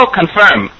confirm